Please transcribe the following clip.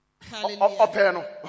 Hallelujah